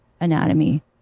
anatomy